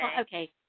Okay